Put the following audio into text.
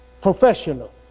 professional